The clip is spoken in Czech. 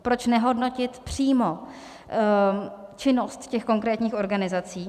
Proč nehodnotit přímo činnost těch konkrétních organizací?